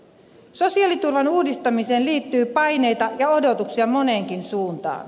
sosiaaliturvan uudistamiseen liittyy paineita ja odotuksia moneenkin suuntaan